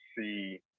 see